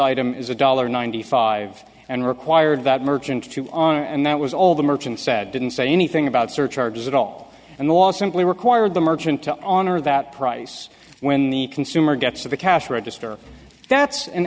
item is a dollar ninety five and required that merchant to on and that was all the merchant said didn't say anything about surcharges at all and was simply required the merchant to honor that price when the consumer gets to the cash register that's an